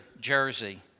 jersey